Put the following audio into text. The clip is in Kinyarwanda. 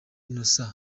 innocent